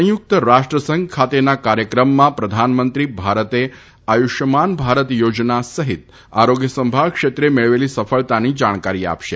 સંયુક્ત રાષ્ટ્રસંઘ ખાતેના કાર્યક્રમમાં પ્રધાનમંત્રી ભારતે આયુષ્યમાન ભારત યાજના સહિત આરામ્ય સંભાળ ક્ષેત્રે મેળવેલી સફળતાની જાણકારી આપશે